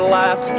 laugh